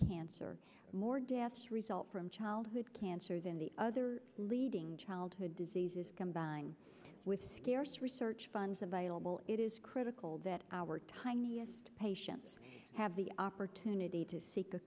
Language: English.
cancer more dass result from childhood cancer than the other leading childhood diseases combined with scarce research funds available it is critical that our tiniest patients have the opportunity to seek a